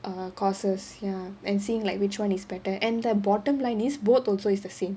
err courses ya and seeing like which [one] is better and the bottom line is both also is the same